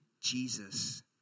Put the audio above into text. Jesus